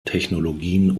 technologien